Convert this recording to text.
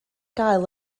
gael